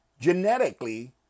Genetically